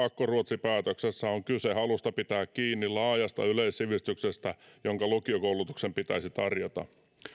julkisuudessa sanonut että pakkoruotsipäätöksessä on kyse halusta pitää kiinni laajasta yleissivistyksestä jonka lukiokoulutuksen pitäisi tarjota